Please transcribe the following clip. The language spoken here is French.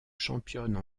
championne